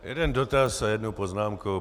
Jeden dotaz a jednu poznámku.